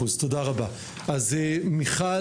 אני אתחיל